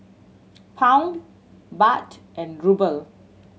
Pound Baht and Ruble